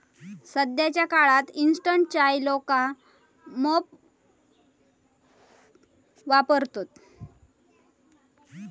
सध्याच्या काळात इंस्टंट चाय लोका मोप वापरतत